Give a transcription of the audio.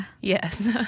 Yes